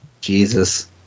Jesus